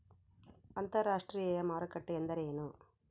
ಅಂತರಾಷ್ಟ್ರೇಯ ಮಾರುಕಟ್ಟೆ ಎಂದರೇನು?